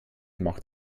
macht